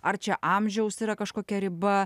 ar čia amžiaus yra kažkokia riba